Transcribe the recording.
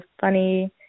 funny